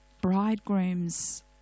bridegroom's